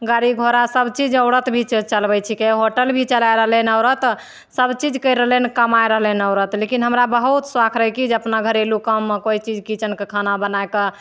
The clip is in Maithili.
गाड़ी घोड़ा सबचीज औरत भी चलबै छिकै होटल भी चला रहलै हँ औरत सबचीज करि रहलै हँ कमै रहलनि औरत लेकिन हमरा बहुत सौख रहै कि जे अपना घरेलू काममे कोइ चीज किचनके खाना बनैके